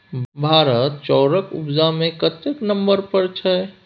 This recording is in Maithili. भारत चाउरक उपजा मे कतेक नंबर पर छै?